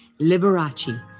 Liberace